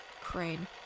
Crane